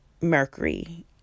mercury